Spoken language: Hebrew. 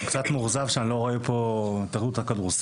אני קצת מאוכזב שאני לא רואה פה את ההתאחדות לכדורסל,